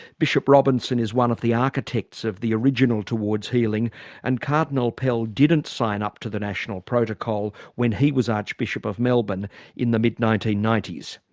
bishop robinson is one of the architects of the original towards healing and cardinal pell didn't sign up to the national protocol when he was archbishop of melbourne in the mid nineteen ninety s.